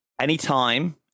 Anytime